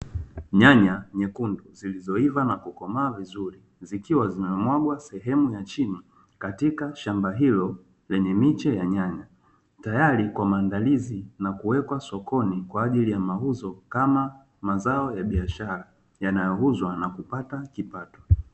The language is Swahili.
Nyanya nyekundu zilizoiva na kukomaa vizuri zikiwa zimemwagwa sehemu ya chini katika shamba hilo lenye miche ya nyanya, tayari kwa maandalizi na kuwekwa sokoni kwa ajili ya mauzo kama mazao ya biashara yanayouzwa na kupata kipato.